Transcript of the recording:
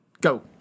go